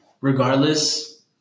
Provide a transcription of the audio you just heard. regardless